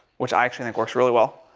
which actually i think works really well,